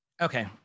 Okay